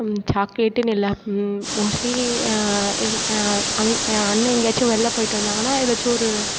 சாக்லேட்டுனு இல்லை மோஸ்லி என் அண்ணன் எங்கேயாச்சும் வெளில போய்விட்டு வந்தாங்கனால் எதாச்சும் ஒரு